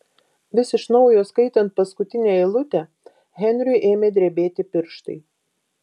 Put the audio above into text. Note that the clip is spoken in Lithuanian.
vis iš naujo skaitant paskutinę eilutę henriui ėmė drebėti pirštai